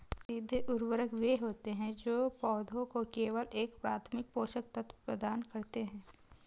सीधे उर्वरक वे होते हैं जो पौधों को केवल एक प्राथमिक पोषक तत्व प्रदान करते हैं